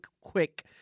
quick